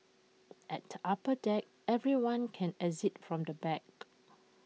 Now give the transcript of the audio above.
at the upper deck everyone can exit from the back